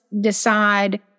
decide